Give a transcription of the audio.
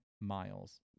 miles